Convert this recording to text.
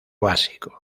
básico